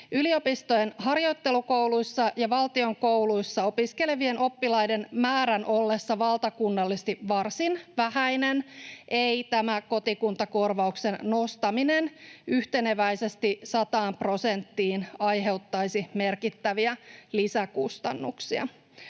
Yliopistojen harjoittelukouluissa ja valtion kouluissa opiskelevien oppilaiden määrän ollessa valtakunnallisesti varsin vähäinen ei tämä kotikuntakorvauksen nostaminen yhteneväisesti 100 prosenttiin aiheuttaisi merkittäviä lisäkustannuksia.